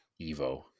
Evo